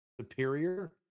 superior